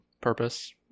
purpose